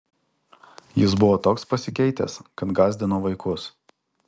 jis buvo toks pasikeitęs kad gąsdino vaikus